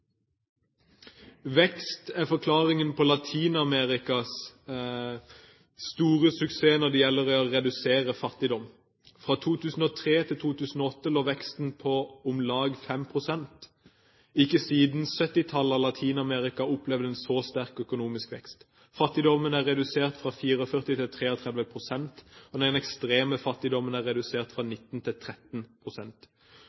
Vekst er forklaringen på Latin-Amerikas store suksess når det gjelder å redusere fattigdom. Fra 2003 til 2008 lå veksten på om lag 5 pst. Ikke siden 1970-tallet har Latin-Amerika opplevd en så sterk økonomisk vekst. Fattigdommen er redusert fra 44 til 33 pst., og den ekstreme fattigdommen er redusert fra